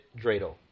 Dreidel